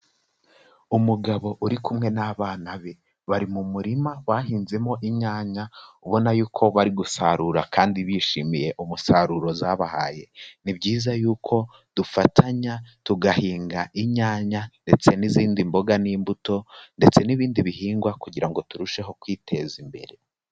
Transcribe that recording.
Umugabo uri kumwe n'abana be, bari mu murima bahinzemo inyanya ubona y'uko bari gusarura kandi bishimiye umusaruro zabahaye, ni byiza yuko dufatanya tugahinga inyanya ndetse n'izindi mboga n'imbuto ndetse n'ibindi bihingwa kugira ngo turusheho kwiteza imbere.